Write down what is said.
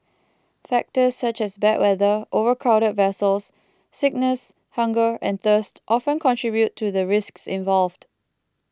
factors such as bad weather overcrowded vessels sickness hunger and thirst often contribute to the risks involved